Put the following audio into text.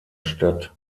stadt